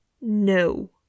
no